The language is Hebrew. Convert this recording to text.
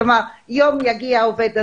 כלומר יום יגיע העובד הזה,